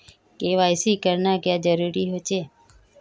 KYC करना क्याँ जरुरी होचे?